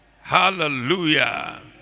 hallelujah